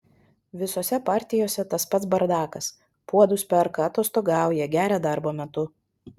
visose partijose tas pats bardakas puodus perka atostogauja geria darbo metu